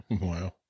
Wow